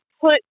put